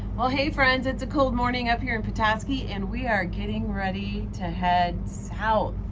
well hey friends, it's a cold morning up here in petoskey and we are getting ready to head south.